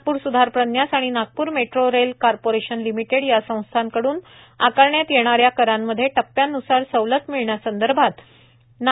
नागपूर स्धार प्रन्यास व Nagpur metro rail corporation limited या संस्थांकडून आकारण्यात येणाऱ्या करांमध्ये टप्प्यान्सार सवलत मिळण्यासंदर्भात विधानसभा अध्यक्ष श्री